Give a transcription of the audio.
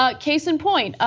ah case in point.